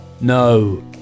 No